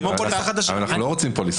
אנחנו לא רוצים פוליסה.